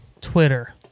Twitter